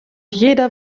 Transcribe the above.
jeder